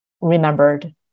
remembered